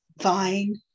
fine